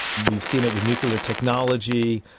we've seen it with nuclear technology,